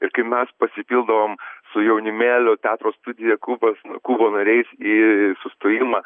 ir kai mes pasipildom su jaunimėliu teatro studija kubas kubo nariais į sustojimą